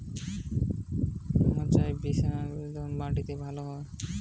মাচায় ঝিঙ্গা চাষ ভালো না মাটিতে ভালো?